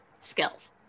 skills